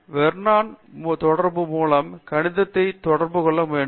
பேராசிரியர் அரிந்தமா சிங் வெர்னான் தொடர்பு மூலம் கணிதத்தை தொடர்பு கொள்ள வேண்டும்